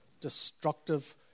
destructive